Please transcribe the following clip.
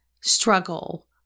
struggle